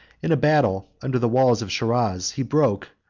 in a battle under the walls of shiraz, he broke,